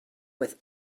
with